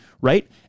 right